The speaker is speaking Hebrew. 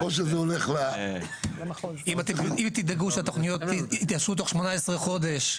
או שזה הולך --- אם תדאגו שהתוכניות יאושרו תוך 18 חודשים,